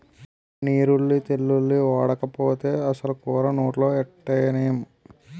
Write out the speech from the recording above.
నీరుల్లి తెల్లుల్లి ఓడకపోతే అసలు కూర నోట్లో ఎట్టనేం